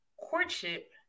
courtship